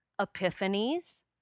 epiphanies